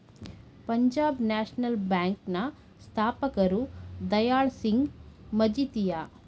Punjab National Bank ನ ಸ್ಥಾಪಕರು ದಯಾಳ್ ಸಿಂಗ್ ಮಜಿತಿಯ